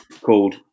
called